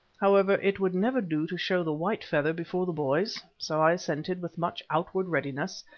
however, it would never do to show the white feather before the boys, so i assented with much outward readiness,